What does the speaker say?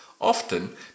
Often